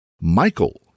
Michael